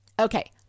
Okay